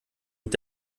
mit